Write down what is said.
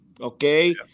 okay